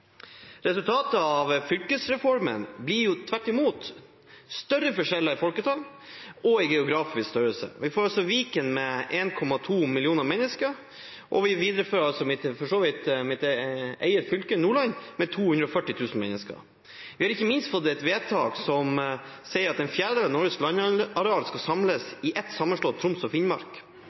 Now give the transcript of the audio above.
Resultatet av fylkesreformen blir jo tvert imot større forskjeller i folketall og i geografisk størrelse. Vi får Viken med 1,2 millioner mennesker, og vi viderefører mitt eget fylke, Nordland, med 240 000 mennesker. Vi har ikke minst fått et vedtak som sier at en fjerdedel av Norges landareal skal samles i et sammenslått Troms og Finnmark.